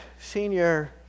senior